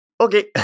Okay